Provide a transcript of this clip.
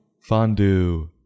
fondue